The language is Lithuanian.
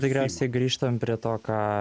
tikriausiai grįžtam prie to ką